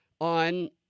on